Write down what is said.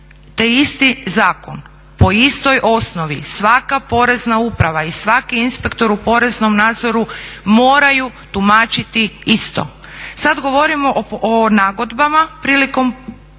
isti zakon po istoj osnovi svaka Porezna uprava i svaki inspektor u poreznom nadzor moraju tumačiti isto. Sad govorimo o nagodbama prilikom